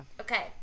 Okay